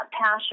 passion